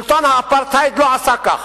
שלטון האפרטהייד לא עשה כך.